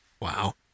Wow